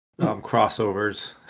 crossovers